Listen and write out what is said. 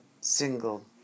single